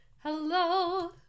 Hello